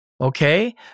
okay